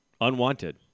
Unwanted